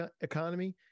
economy